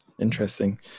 Interesting